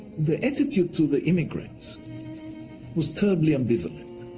the attitude to the immigrants was terribly ambivalent.